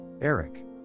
Eric